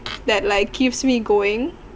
that like keeps me going